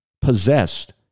possessed